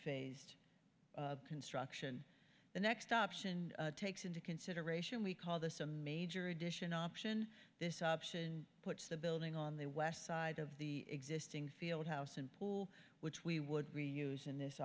phased construction the next option takes into consideration we call this a major addition option this option puts the building on the west side of the existing field house and pool which we would reuse in this